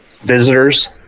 visitors